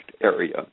area